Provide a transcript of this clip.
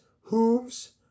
hooves